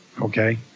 okay